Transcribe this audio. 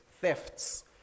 thefts